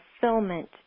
fulfillment